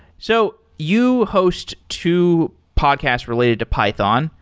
so you host two podcasts related to python.